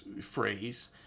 phrase